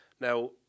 Now